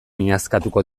miazkatuko